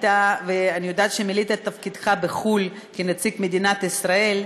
אני יודעת שמילאת את תפקידך בחו"ל כנציג מדינת ישראל.